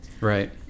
Right